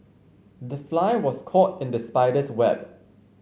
the fly was caught in the spider's web